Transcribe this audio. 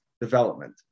development